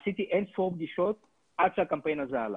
עשיתי אין ספור פגישות עד שהקמפיין הזה עלה.